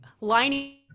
lining